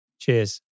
Cheers